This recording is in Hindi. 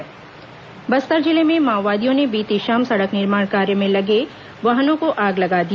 माओवादी आगजनी बस्तर जिले में माओवादियों ने बीती शाम सड़क निर्माण कार्य में लगी वाहनों को आग लगा दिया